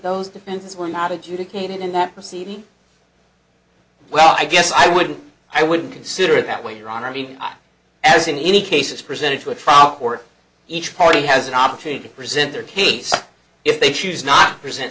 those defendants were not adjudicated in that proceeding well i guess i wouldn't i wouldn't consider it that way your honor i mean as in any case is presented to a trial court each party has an opportunity to present their case if they choose not present